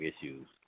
issues